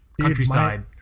countryside